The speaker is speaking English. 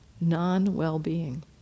non-well-being